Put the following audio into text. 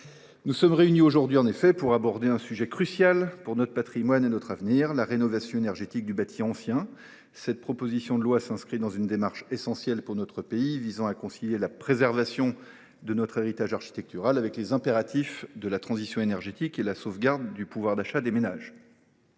Nous sommes en effet réunis aujourd’hui pour aborder un sujet crucial pour notre patrimoine et notre avenir : la rénovation énergétique du bâti ancien. Cette proposition de loi s’inscrit ainsi dans une démarche essentielle pour notre pays, visant à concilier la préservation de notre héritage architectural avec les impératifs de la transition énergétique et de la sauvegarde du pouvoir d’achat des ménages.